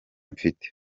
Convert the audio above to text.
mfite